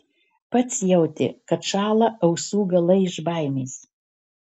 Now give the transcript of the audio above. pats jautė kad šąla ausų galai iš baimės